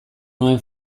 nuen